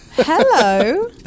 Hello